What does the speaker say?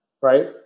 right